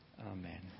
Amen